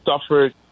suffered